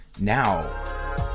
now